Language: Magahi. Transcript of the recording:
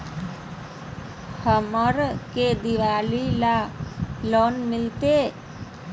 हमरा के दिवाली ला लोन मिलते?